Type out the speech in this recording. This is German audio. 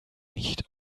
nicht